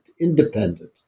independent